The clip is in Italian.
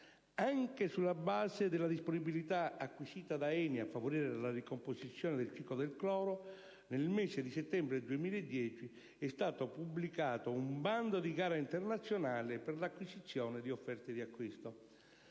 Anche sulla base della disponibilità acquisita da ENI a favorire la ricomposizione del ciclo del cloro, nel mese di settembre 2010 e stato pubblicato un bando di gara internazionale per l'acquisizione di offerte di acquisto.